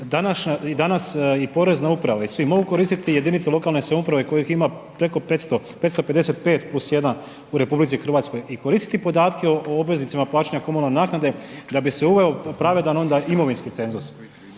danas i porezna uprava i svi mogu koristiti jedinice lokalne samouprave kojih ima preko 555 plus jedna u RH i koristiti podatke o obveznicima plaćanja komunalne naknade da bi se uveo u pravedan imovinski cenzus.